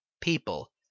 people